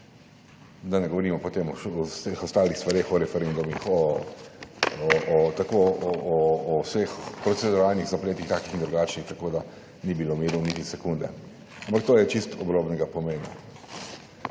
da ne govorimo potem o vseh ostalih stvareh, o referendumih, o vseh proceduralnih zapletih, takih in drugačnih, tako da ni bilo v miru niti sekunde, ampak to je čisto obrobnega pomena.